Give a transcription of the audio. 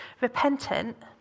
repentant